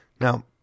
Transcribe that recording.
Now